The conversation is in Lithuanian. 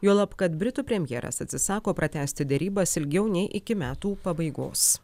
juolab kad britų premjeras atsisako pratęsti derybas ilgiau nei iki metų pabaigos